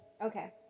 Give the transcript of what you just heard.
Okay